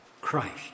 Christ